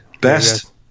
Best